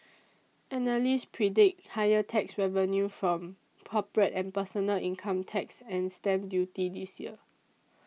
analysts predict higher tax revenue from corporate and personal income tax and stamp duty this year